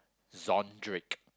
Zondrick